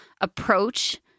approach